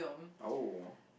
oh